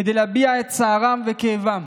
כדי להביע את צערם וכאבם,